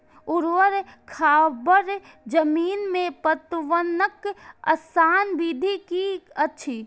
ऊवर खावर जमीन में पटवनक आसान विधि की अछि?